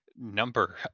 number